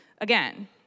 Again